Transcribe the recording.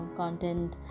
content